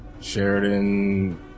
Sheridan